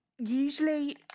usually